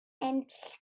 and